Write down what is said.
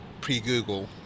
pre-google